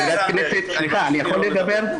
חברת הכנסת, סליחה, אני יכול לדבר?